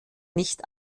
nicht